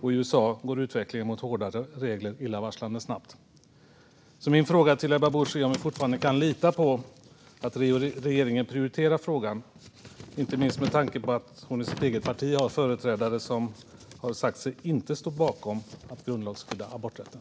Och i USA går utvecklingen mot hårdare regler illavarslande snabbt. Min fråga till Ebba Busch är om vi fortfarande kan lita på att regeringen prioriterar frågan, inte minst med tanke på att hon i sitt eget parti har företrädare som har sagt sig inte stå bakom att grundlagsskydda aborträtten.